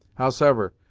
howsever,